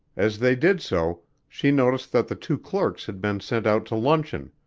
as they did so, she noticed that the two clerks had been sent out to luncheon,